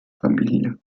familie